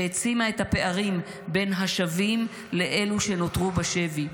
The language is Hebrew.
שהעצימה את הפערים בין השבים לאלו שנותרו בשבי.